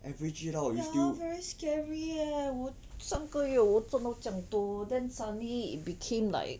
ya very scary leh 我上个月我赚到这样多 then suddenly it became like